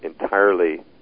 entirely